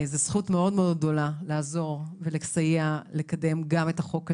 זו זכות מאוד גדולה לעזור ולסייע לקדם גם את החוק הזה,